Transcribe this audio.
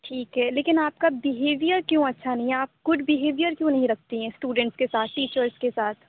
ٹھیک ہے لیکن آپ کا بہیویئر کیوں اچھا نہیں ہے آپ گڈ بہیویئر کیوں نہیں رکھتی ہیں اسٹوڈنٹس کے ساتھ ٹیچرس کے ساتھ